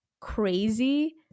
crazy